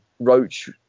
roach